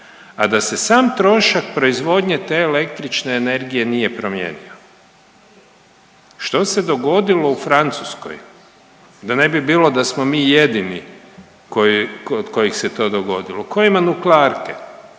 a da se sam trošak proizvodnje te električne energije nije promijenio. Što se dogodilo u Francuskoj da ne bi bilo da smo mi jedini koji, kod kojih se to dogodilo, koja ima nuklearke,